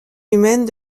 humaines